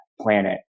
planet